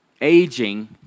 aging